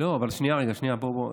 טוב, לא, אבל שנייה רגע, שנייה, ברשותך.